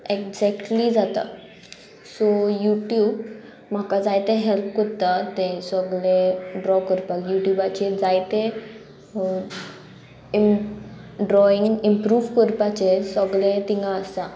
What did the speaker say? exactly जाता so YouTube म्हाका जायते हेल्प कोत्ता ते सोगले ड्रॉ करपाक यूट्यूबाचेर जायते ड्रॉईंग इम्प्रूव कोरपाचे सोगले तिंगा आसा